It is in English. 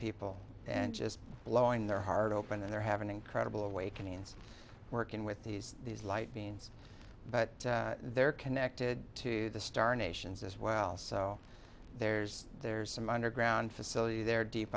people and just blowing their heart open their have an incredible awakening and working with these these light beings but they're connected to the star nations as well so there's there's some underground facility there deep